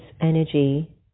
energy